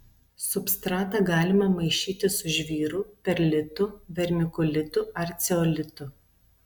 substratą galima maišyti su žvyru perlitu vermikulitu ar ceolitu